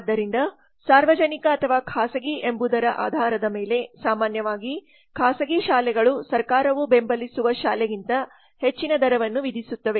ಆದ್ದರಿಂದ ಸಾರ್ವಜನಿಕ ಅಥವಾ ಖಾಸಗಿ ಎಂಬುದರ ಆಧಾರದ ಮೇಲೆ ಸಾಮಾನ್ಯವಾಗಿ ಖಾಸಗಿ ಶಾಲೆಗಳು ಸರ್ಕಾರವು ಬೆಂಬಲಿಸುವ ಶಾಲೆಗಿಂತ ಹೆಚ್ಚಿನ ದರವನ್ನು ವಿಧಿಸುತ್ತದೆ